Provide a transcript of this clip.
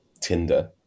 Tinder